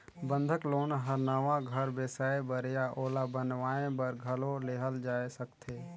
बंधक लोन हर नवा घर बेसाए बर या ओला बनावाये बर घलो लेहल जाय सकथे